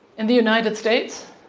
in the united states,